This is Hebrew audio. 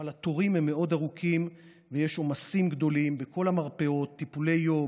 אבל התורים הם מאוד ארוכים ויש עומסים גדולים בכל המרפאות: טיפולי יום,